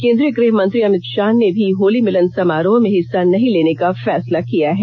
केंद्रीय गृहमंत्री अमित शाह ने भी होली मिलन समारोहों में हिस्सा नहीं लेने का फैसला किया है